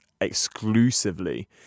exclusively